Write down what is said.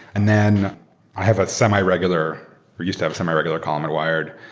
and then i have a semi-regular or used to have a semi-regular column at wired.